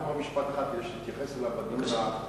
ואני רק אומר משפט אחד כדי שתתייחס אליו בדיון המעניין.